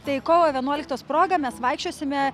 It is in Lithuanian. tai kovo vienuoliktos proga mes vaikščiosime